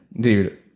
dude